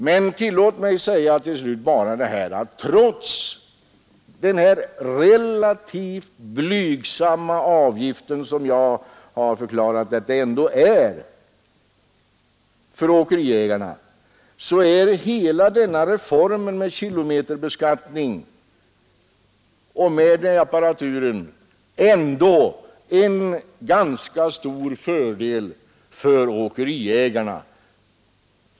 Men tillåt mig slutligen säga att trots den relativt blygsamma avgift är hela denna som jag har förklarat att detta ändå är för åkeriägarna, så reform med kilometerbeskattning och med denna apparatur ändå en ganska stor fördel för åkeriägarna.